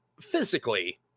physically